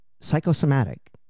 Psychosomatic